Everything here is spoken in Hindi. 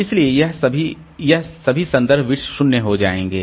इसलिए यह सभी यह सभी संदर्भ बिट्स 0 हो जाएंगे